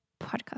podcast